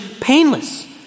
painless